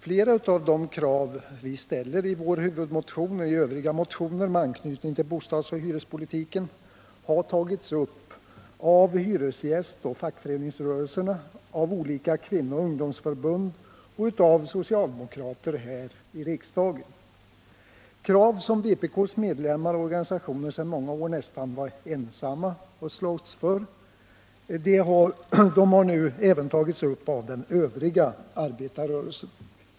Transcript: Flera av de krav vi ställer i vår huvudmotion och övriga motioner med anknytning till bostadsoch hyrespolitiken har tagits upp av hyresgästoch fackföreningsrörelserna, av olika kvinnooch ungdomsförbund och av socialdemokrater här i riksda Krav som vpk:s medlemmar och organisationer sedan många år nästan ensamma slagits för har nu även tagits upp av den övriga arbetarrörelsen.